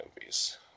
movies